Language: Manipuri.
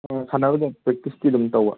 ꯑ ꯁꯥꯟꯅꯕꯝꯗ ꯑꯗꯨꯝ ꯄ꯭ꯔꯦꯛꯇꯤꯁꯇꯤ ꯑꯗꯨꯝ ꯇꯧꯕ